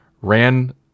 ran